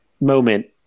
moment